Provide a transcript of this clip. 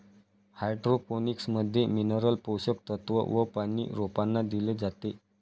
hydroponics मध्ये mineral पोषक तत्व व पानी रोपांना दिले जाते